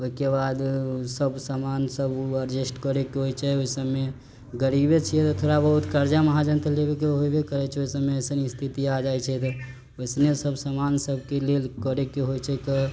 ओइकेबाद सब समान सब एडजस्ट करे के होइ छै ओइसबमे गरीबे छियै त थोड़ा बहुत कर्जा महाजन त लेबे के होइबे करै छै ओइसब मे अइसन स्थिति आ जाइ छै त वैसने सब समान सबके लेल करे के होइ छै क